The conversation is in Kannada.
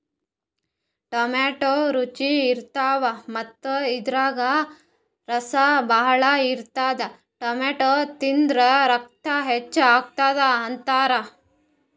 ಟೊಮ್ಯಾಟೋ ರುಚಿ ಇರ್ತವ್ ಮತ್ತ್ ಇದ್ರಾಗ್ ರಸ ಭಾಳ್ ಇರ್ತದ್ ಟೊಮ್ಯಾಟೋ ತಿಂದ್ರ್ ರಕ್ತ ಹೆಚ್ಚ್ ಆತದ್ ಅಂತಾರ್